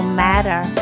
matter